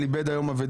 אני אציג את ההצעה.